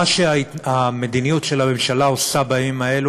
מה שהמדיניות של הממשלה עושה בימים האלה,